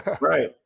Right